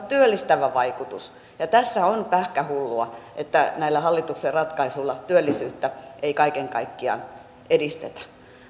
työllistävä vaikutus ja tässä on pähkähullua se että näillä hallituksen ratkaisuilla työllisyyttä ei kaiken kaikkiaan edistetä